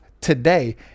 today